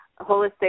holistic